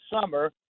summer